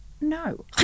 no